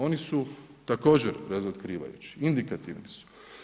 Oni su također razotkrivajući, indikativni su.